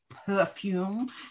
perfume